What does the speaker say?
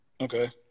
Okay